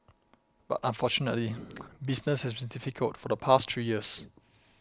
but unfortunately business has been difficult for the past three years